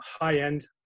high-end